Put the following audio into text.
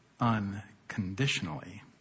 unconditionally